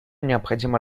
необходимо